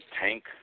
Tank